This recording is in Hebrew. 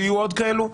ויהיו עוד כאלו.